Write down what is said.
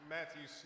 Matthew